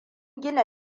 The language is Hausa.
gina